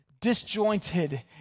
disjointed